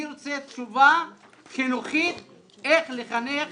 אני רוצה תשובה חינוכית איך לחנך